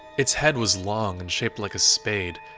it's head was long and shaped like a spade.